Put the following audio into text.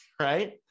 right